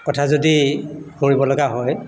কথা যদি কৰিবলগীয়া হয়